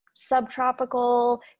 subtropical